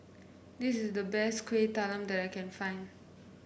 this is the best Kuih Talam that I can find